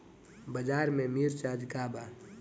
बाजार में मिर्च आज का बा?